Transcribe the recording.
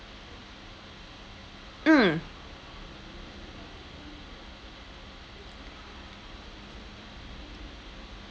mm